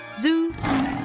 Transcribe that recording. Zoo